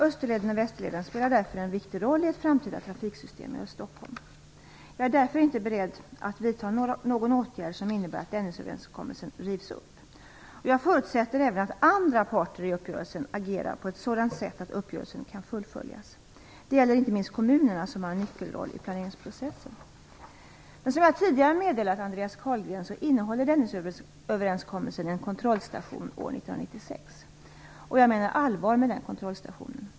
Österleden och Västerleden spelar därför en viktig roll i ett framtida trafiksystem i Stockholm. Jag är därför inte beredd att vidta någon åtgärd som innebär att Dennisöverenskommelsen rivs upp. Jag förutsätter även att andra parter i uppgörelsen agerar på ett sådant sätt att uppgörelsen kan fullföljas. Det gäller inte minst kommunerna, som har en nyckelroll i planeringsprocessen. Som jag tidigare meddelat Andreas Carlgren, innehåller Dennisöverenskommelsen en kontrollstation år 1996. Jag menar allvar med den kontrollstationen.